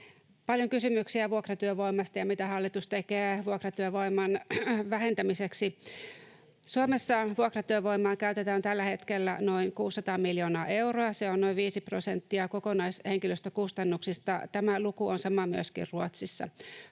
paljon kysymyksiä vuokratyövoimasta ja siitä, mitä hallitus tekee vuokratyövoiman vähentämiseksi. Suomessa vuokratyövoimaa käytetään tällä hetkellä noin 600 miljoonaa euroa. Se on noin viisi prosenttia kokonaishenkilöstökustannuksista. Tämä luku on sama Ruotsissa.